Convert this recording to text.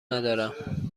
ندارم